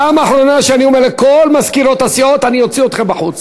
פעם אחרונה שאני אומר לכל מזכירות הסיעות: אני אוציא אתכן בחוץ.